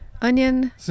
Onion